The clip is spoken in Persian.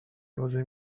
لازم